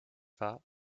war